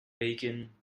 bacon